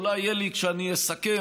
אולי יהיה לי כשאני אסכם,